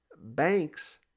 Banks